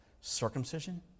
circumcision